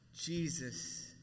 Jesus